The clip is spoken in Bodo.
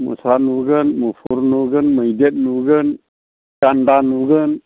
मोसा नुगोन मुफुर नुगोन मैदेर नुगोन गान्दा नुगोन